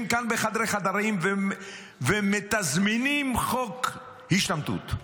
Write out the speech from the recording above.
כאן בחדרי-חדרים ומתזמנים חוק השתמטות.